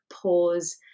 pause